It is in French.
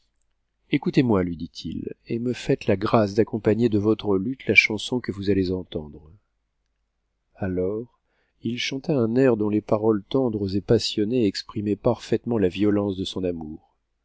écoutez-moi lui dit-il et me faites la grâce d'accompagner de votre luth la chanson que vous allez entendre alors il chanta un air dont les paroles tendres et passionnées exprimaient parfaitement la violence de son amour